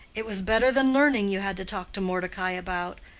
it was better than learning you had to talk to mordecai about!